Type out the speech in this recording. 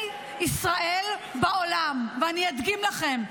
ללוחמי ישראל בעולם, ואני אדגים לכם.